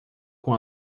com